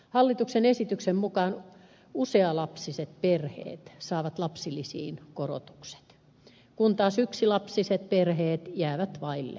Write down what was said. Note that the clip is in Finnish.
hallituksen esityksen mukaan monilapsiset perheet saavat lapsilisiin korotukset kun taas yksilapsiset perheet jäävät vaille korotusta